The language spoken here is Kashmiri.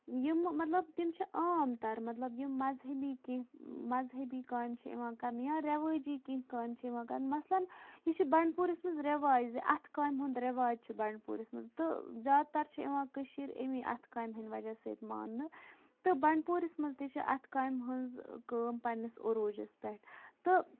یِم مَطلب تِم چھِ عام تَر مَطلب یِم مَزہٕبی کینٛہہ مَزہٕبی کامہِ چھِ یِوان کَرنہٕ یا رٮ۪وٲجی کینٛہہ کامہِ چھِ یِوان کَرنہٕ مَثلن یہِ چھِ بَنٛڈپوٗرِس منٛز رٮ۪واج زِ اَتھٕ کامہِ ہُنٛد رٮ۪واج چھُ بَنٛڈپوٗرِس مَنٛز تہٕ زیادٕ تر چھِ یِوان کٔشیٖر اَمی اَتھٕ کامہِ ہِنٛدۍ وَجہ سۭتۍ ماننہٕ تہٕ بَنٛڈپوٗرِس منٛز تہِ چھِ اَتھٕ کامہِ ہٕنٛز کٲم پَننِس عروٗجَس پٮ۪ٹھ تہٕ